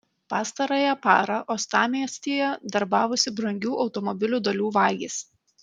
pastarąją parą uostamiestyje darbavosi brangių automobilių dalių vagys